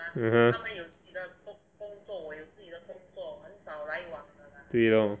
mmhmm 对 loh